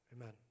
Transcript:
Amen